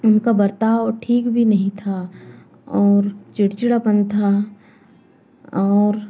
उनका बर्ताव ठीक भी नहीं था और चिड़चिड़ापन था और